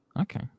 okay